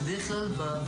אז דיברנו על סוטריה,